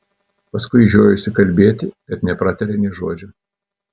paskui žiojosi kalbėti bet nepratarė nė žodžio